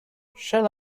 shall